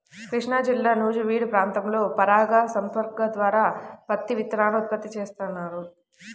కృష్ణాజిల్లా నూజివీడు ప్రాంతంలో పరాగ సంపర్కం ద్వారా పత్తి విత్తనాలను ఉత్పత్తి చేస్తున్నారు